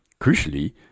Crucially